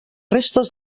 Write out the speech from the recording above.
restes